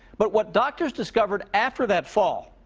but what doctors discovered after that fall,